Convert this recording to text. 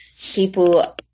people